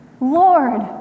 Lord